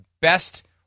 best –